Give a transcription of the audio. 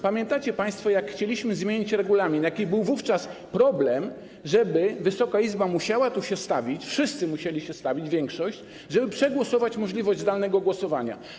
Pamiętacie państwo, jak chcieliśmy zmienić regulamin, jaki był wówczas problem, że Wysoka Izba musiała się stawić - wszyscy musieli się stawić, większość - żeby przegłosować możliwość zdalnego głosowania.